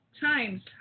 times